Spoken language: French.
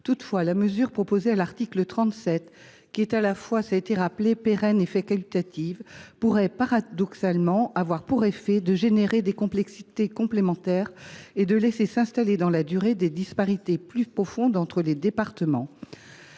Toutefois, la mesure proposée à l’article 37, qui est à la fois pérenne et facultative, pourrait paradoxalement créer des complexités supplémentaires et laisser s’installer dans la durée des disparités plus profondes entre les départements.